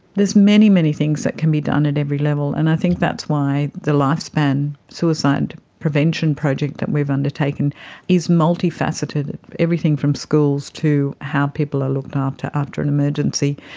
there's many, many things that can be done at every level, and i think that's why the lifespan suicide prevention project that we've undertaken is multifaceted, everything from schools to how people are looked um after after an emergency,